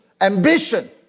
ambition